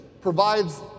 provides